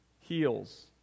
heals